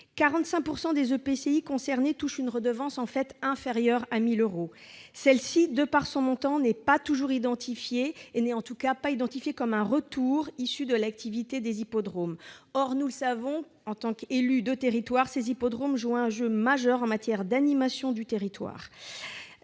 45 % des EPCI concernés touchent une redevance inférieure à 1 000 euros. Celle-ci, de par son montant, n'est pas toujours identifiée, et en tout cas pas identifiée comme un retour issu de l'activité de l'hippodrome. Or nous le savons, en tant qu'élus de territoires, ces hippodromes jouent un rôle majeur en matière d'animation du territoire.